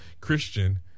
Christian